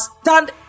stand